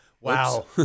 Wow